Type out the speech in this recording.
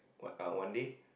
what uh one day